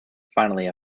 finally